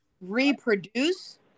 reproduce